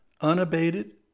unabated